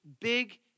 big